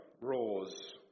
roars